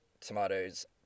Tomatoes